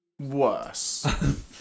worse